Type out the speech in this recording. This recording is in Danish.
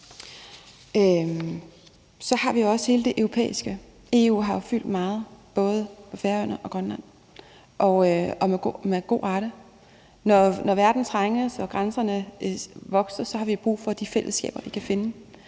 Så har vi også hele det europæiske. EU har jo fyldt meget, både på Færøerne og i Grønland, og med rette. Når verden trænges og grænserne vokser, har vi brug for de fællesskaber, vi kan finde,